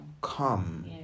come